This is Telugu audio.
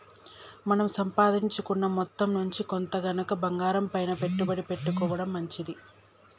మన సంపాదించుకున్న మొత్తం నుంచి కొంత గనక బంగారంపైన పెట్టుబడి పెట్టుకోడం మంచిది